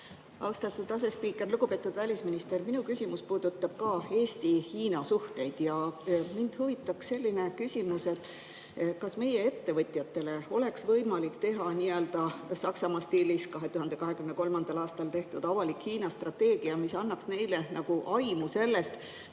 Austatud asespiiker! Lugupeetud välisminister! Minu küsimus puudutab samuti Eesti-Hiina suhteid. Mind huvitaks, kas meie ettevõtjatele oleks võimalik teha Saksamaa stiilis 2023. aastal tehtud avalik Hiina-strateegia, mis annaks meile aimu sellest,